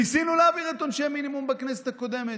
ניסינו להעביר את עונשי המינימום בכנסת הקודמת,